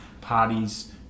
parties